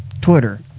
Twitter